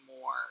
more